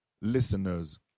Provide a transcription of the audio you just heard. listeners